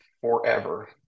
forever